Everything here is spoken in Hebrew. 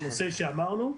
בנושא עליו דיברנו.